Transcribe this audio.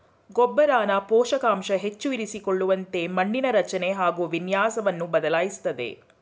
ಗೊಬ್ಬರನ ಪೋಷಕಾಂಶ ಹೆಚ್ಚು ಇರಿಸಿಕೊಳ್ಳುವಂತೆ ಮಣ್ಣಿನ ರಚನೆ ಹಾಗು ವಿನ್ಯಾಸವನ್ನು ಬದಲಾಯಿಸ್ತದೆ